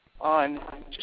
on